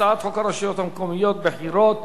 הצעת חוק הרשויות המקומיות (בחירות)